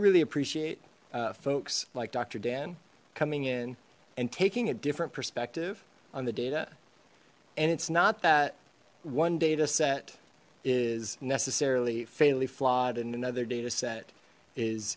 really appreciate folks like doctor dan coming in and taking a different perspective on the data and it's not that one data set is necessarily fatally flawed and another data set is